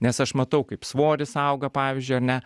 nes aš matau kaip svoris auga pavyzdžiui ar ne